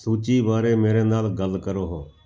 ਸੂਚੀ ਬਾਰੇ ਮੇਰੇ ਨਾਲ ਗੱਲ ਕਰੋ